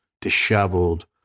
disheveled